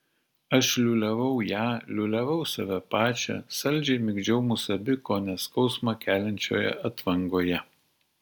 aš liūliavau ją liūliavau save pačią saldžiai migdžiau mus abi kone skausmą keliančioje atvangoje